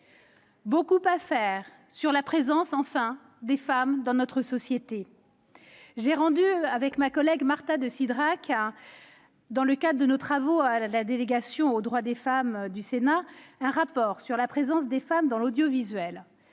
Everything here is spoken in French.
Beaucoup à faire, aussi, sur la présence des femmes dans notre société. J'ai rendu, avec ma collègue Marta de Cidrac, dans le cadre de la délégation aux droits des femmes du Sénat, un rapport sur la présence des femmes dans l'audiovisuel.